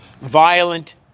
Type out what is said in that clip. violent